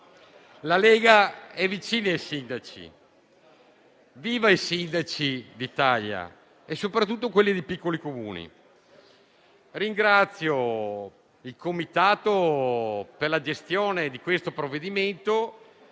La Lega è vicina ai sindaci. Viva i sindaci d'Italia e soprattutto quelli dei piccoli Comuni. Ringrazio la Commissione per i lavori svolti sul provvedimento